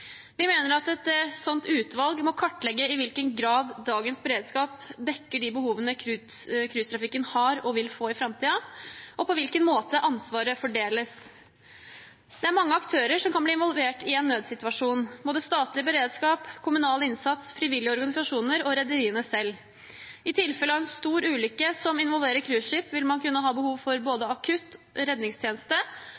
Vi mener at et slikt utvalg må kartlegge i hvilken grad dagens beredskap dekker de behovene cruisetrafikken har og vil få i framtiden, og på hvilken måte ansvaret fordeles. Det er mange aktører som kan bli involvert i en nødssituasjon, både statlig beredskap, kommunal innsats, frivillige organisasjoner og rederiene selv. I tilfelle en stor ulykke som involverer cruiseskip, vil man kunne ha behov for både